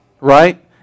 right